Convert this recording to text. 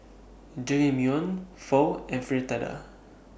Jajangmyeon Pho and Fritada